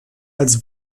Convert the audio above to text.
als